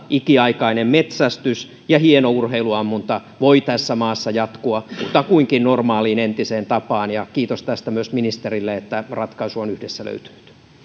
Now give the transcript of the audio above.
ikiaikainen metsästys ja hieno urheiluammunta voivat tässä maassa jatkua kutakuinkin normaaliin entiseen tapaan ja kiitos tästä myös ministerille että ratkaisu on yhdessä löytynyt